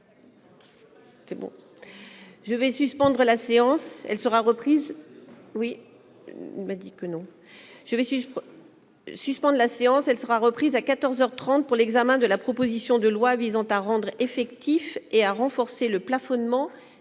suivre suspende la séance, elle sera reprise à 14 heures 30 pour l'examen de la proposition de loi visant à rendre effectif et à renforcer le plafonnement